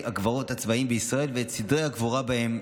הקברות הצבאיים בישראל ואת סדרי הקבורה בהם,